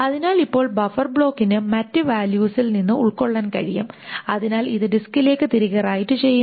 അതിനാൽ ഇപ്പോൾ ബഫർ ബ്ലോക്കിന് മറ്റ് വാല്യൂസിൽ നിന്ന് ഉൾകൊള്ളാൻ കഴിയും അതിനാൽ ഇത് ഡിസ്കിലേക്ക് തിരികെ റൈറ്റ് ചെയ്യുന്നു